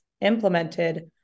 implemented